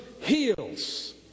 heals